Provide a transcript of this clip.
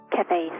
Cafe